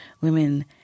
women